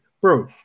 bro